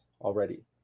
already